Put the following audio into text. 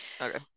okay